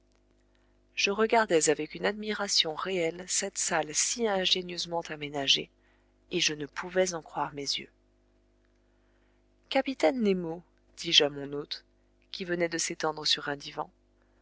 je regardais avec une admiration réelle cette salle si ingénieusement aménagée et je ne pouvais en croire mes yeux capitaine nemo dis-je à mon hôte qui venait de s'étendre sur un divan